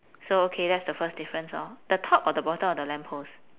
so okay that's the first difference hor the top or the bottom of the lamp post